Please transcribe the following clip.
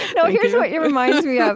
no, here's what it reminds me ah